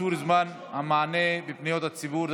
קיצור זמן המענה בפניות ציבור),